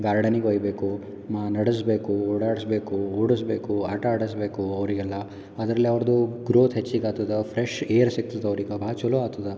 ಗಾರ್ಡನಿಗೆ ಒಯ್ಬೇಕು ಮಾ ನಡೆಸ್ಬೇಕು ಓಡಾಡಿಸ್ಬೇಕು ಓಡಿಸ್ಬೇಕು ಆಟ ಆಡಿಸ್ಬೇಕು ಅವರಿಗೆಲ್ಲ ಅದರಲ್ಲೆ ಅವ್ರದ್ದು ಗ್ರೋತ್ ಹೆಚ್ಚಿಗೆ ಆಗ್ತದ ಫ್ರೆಶ್ ಏರ್ ಸಿಗ್ತದೆ ಅವ್ರಿಗೆ ಭಾಳ್ ಚಲೋ ಆಗ್ತದ